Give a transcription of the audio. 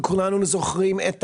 וכולנו זוכרים את